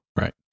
Right